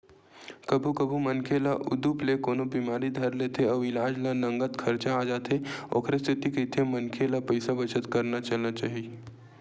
कभू कभू मनखे ल उदुप ले कोनो बिमारी धर लेथे अउ इलाज म नँगत खरचा आ जाथे ओखरे सेती कहिथे मनखे ल पइसा बचत करत चलना चाही